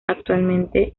actualmente